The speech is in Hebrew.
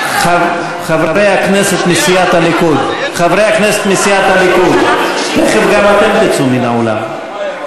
חברי הכנסת מסיעת הליכוד, תכף גם אתם תצאו מהאולם.